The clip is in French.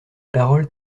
paroles